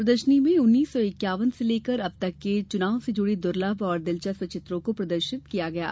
प्रदर्शनी में उन्नीस सौ इक्यावन से लेकर अब तक के चुनाव से जुड़ी दुर्लम और दिलचस्प चित्रों को प्रदर्शित किया गया है